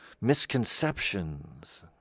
misconceptions